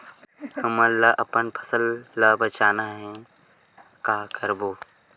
हमन ला अपन फसल ला बचाना हे का करबो?